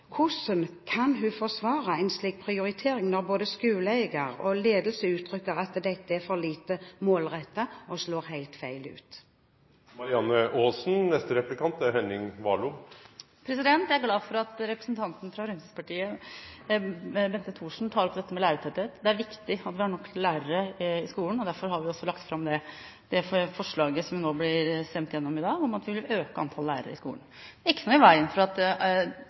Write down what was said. Hvordan kan hun forsvare en slik prioritering når både skoleeier og ledelse uttrykker at dette er for lite målrettet og slår helt feil ut? Jeg er glad for at representanten fra Fremskrittspartiet, Bente Thorsen, tar opp dette med lærertetthet. Det er viktig at vi har nok lærere i skolen, derfor har vi også lagt fram det forslaget som det blir stemt over i dag, om at vi vil øke antall lærere i skolen. Det er ikke noe i veien for at